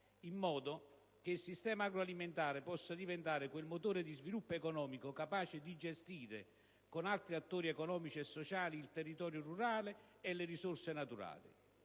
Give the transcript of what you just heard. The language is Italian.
in modo che il sistema agroalimentare possa diventare quel motore di sviluppo economico capace di gestire, con altri attori economici e sociali, il territorio rurale e le risorse naturali.